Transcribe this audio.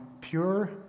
pure